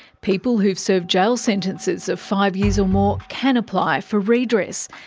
people who've served jail sentences of five years or more can apply for redress.